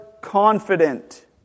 confident